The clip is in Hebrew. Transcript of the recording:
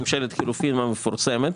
ממשלת חילופין המפורסמת,